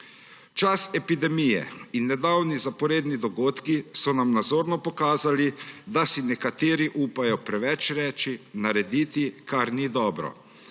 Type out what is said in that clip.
Čas epidemije in nedavni zaporedni dogodki so nam nazorno pokazali, da si nekateri upajo preveč reči, narediti, kar ni dobro,